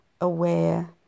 aware